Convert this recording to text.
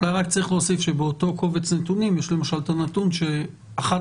אולי צריך להוסיף שבאותו קובץ נתונים יש את הנתון ש-11%